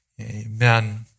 amen